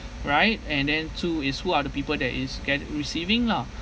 right and then two is who are the people that is get receiving lah